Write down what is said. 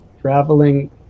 traveling